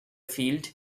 field